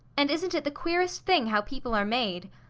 and isn't it the queerest thing how people are made?